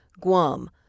Guam